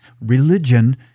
Religion